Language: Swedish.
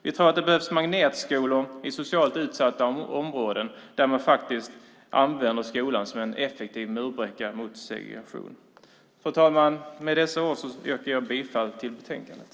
Vi tror att det behövs magnetskolor i socialt utsatta områden där man faktiskt använder skolan som en effektiv murbräcka mot segregation. Fru talman! Med dessa ord yrkar jag bifall till förslaget i betänkandet.